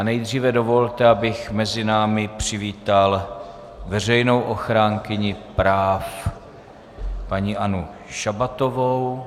Nejdříve dovolte, abych mezi námi přivítal veřejnou ochránkyni práv paní Annu Šabatovou.